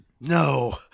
no